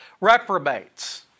reprobates